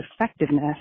effectiveness